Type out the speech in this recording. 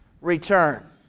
return